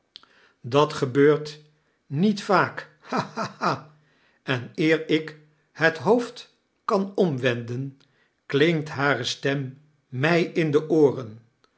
dat gebeurt niet vaak ha ha ha em eer ik het hoofd kan omwenden klinkt hare stem mij in de ooren